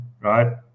right